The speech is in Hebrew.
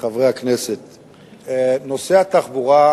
חברי חברי הכנסת, נושא התחבורה,